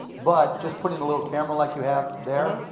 but just putting the little camera, like you have there,